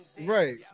Right